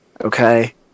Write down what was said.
okay